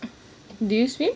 did you swim